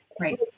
right